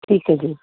ਠੀਕ ਹੈ ਜੀ